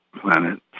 planet